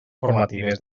formatives